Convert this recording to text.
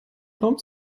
raum